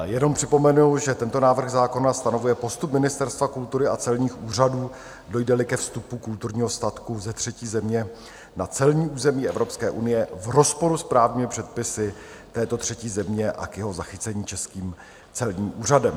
Jenom připomenu, že tento návrh zákona stanovuje postup Ministerstva kultury a celních úřadů, dojdeli ke vstupu kulturního statku ze třetí země na celní území Evropské unie v rozporu s právními předpisy této třetí země a k jeho zachycení českým celním úřadem.